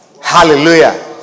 Hallelujah